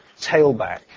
tailback